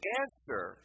answer